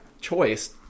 choice